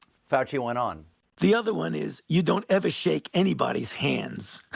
fauci went on the other one is you don't ever shake anybody's hands.